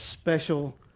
special